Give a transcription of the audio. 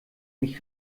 mich